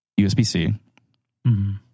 USB-C